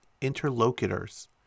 interlocutors